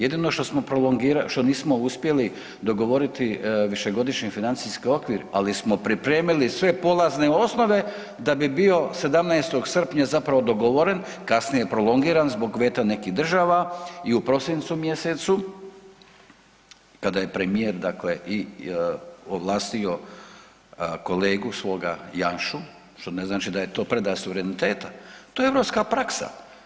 Jedino što smo prolongirali, što nismo uspjeli dogovoriti višegodišnji financijski okvir ali smo pripremili sve polaze osnove da bi bio 17. srpnja zapravo dogovoren, kasnije prolongiran zbog veta nekih država i u prosincu mjesecu kada je premijer dakle i ovlastio kolegu svoga Janšu što ne znači da je to predaja suvereniteta, to je europska praksa.